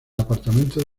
apartamento